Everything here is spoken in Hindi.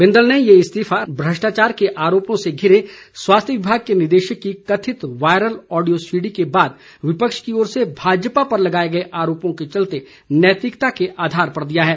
बिंदल ने ये इस्तीफा भ्रष्टाचार के आरोपों से घिरे स्वास्थ्य विभाग के निदेशक की कथित वायरल ओडियो सीडी के बाद विपक्ष की ओर से भाजपा पर लगाए गए आरोपों के चलते नैतिकता के आधार पर दिया है